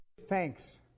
thanks